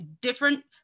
different